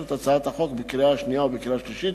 את הצעת החוק בקריאה השנייה ובקריאה השלישית